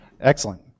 Excellent